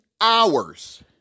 hours